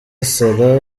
sarah